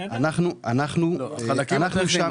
אנחנו שם